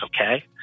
okay